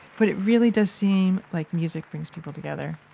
but it really does seem like music brings people together.